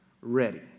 ready